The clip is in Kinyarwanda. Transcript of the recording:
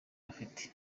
afite